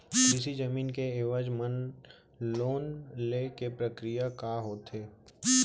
कृषि जमीन के एवज म लोन ले के प्रक्रिया ह का होथे?